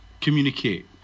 communicate